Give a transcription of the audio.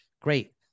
great